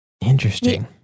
interesting